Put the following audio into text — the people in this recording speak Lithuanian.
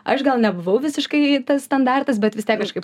aš gal nebuvau visiškai tas standartas bet vis tiek kažkaip